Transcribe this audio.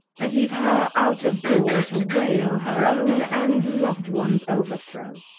and leave her out of door to wail her own and loved ones' overthrow.